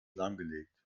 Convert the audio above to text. lahmgelegt